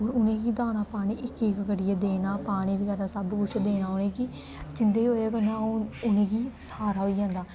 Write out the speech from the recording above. होर उ'नें गी दाना पानी इक इक करियै देना पानी बगैरा सब्भ कुछ देना उ'नें गी जेह्दी बजह् कन्नै ओह् उ'नेंगी स्हारा होई जंदा